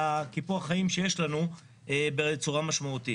וקיפוח החיים שיש לנו בצורה משמעותית.